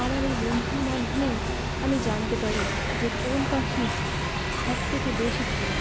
আমার এই বন্ধুর মাধ্যমেই আমি জানতে পারি যে কোন পাখি সবথেকে বেশি প্রিয়